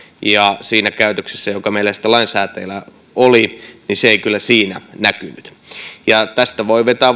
ja siinä käytöksessä joka meillä lainsäätäjinä oli se ei kyllä näkynyt tästä voi vetää